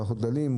פחות גדלים,